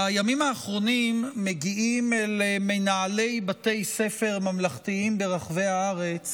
בימים האחרונים מגיעים אל מנהלי בתי ספר ממלכתיים ברחבי הארץ